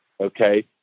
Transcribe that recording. okay